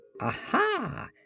Aha